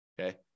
Okay